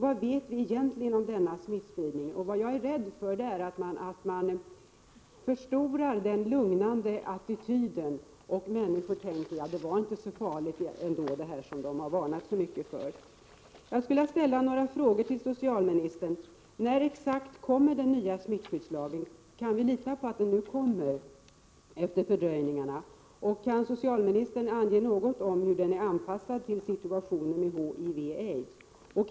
Vad vet vi egentligen om denna smittspridning? Vad jag är rädd för är att den lugnande attityden förstärks och att människorna tänker att det inte var så farligt det här som det varnats så mycket för. Jag skulle vilja ställa några frågor till socialministern: När exakt kommer den nya smittskyddslagen? Kan vi lita på att den kommer, efter fördröjningarna? Kan socialministern ange något om hur den är anpassad till situationen med HIV och aids?